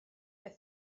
beth